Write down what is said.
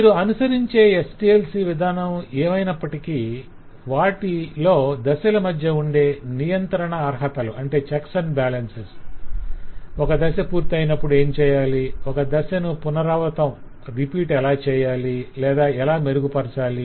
మీరు అనుసరించే SDLC విధానమేమైనప్పటికీ వాటిలో దశల మధ్య ఉండే నియంత్రణ అర్హతలు ఒక దశ పూర్తి అయినప్పుడు ఏం చేయాలి ఒక దశను పునరావృతం ఎలా చేయాలి లేదా ఎలా మెరుగుపరచాలి